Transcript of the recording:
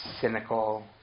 cynical